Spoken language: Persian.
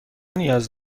نیاز